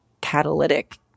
catalytic